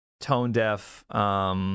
tone-deaf